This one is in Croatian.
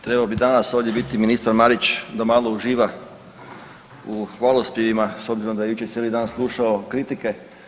Trebao bi danas ovdje biti ministar Marić da malo uživa u hvalospjevovima s obzirom da je jučer cijeli dan slušao kritike.